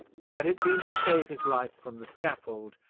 had it been to save his life from the scaffold,